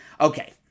Okay